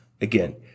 Again